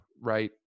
right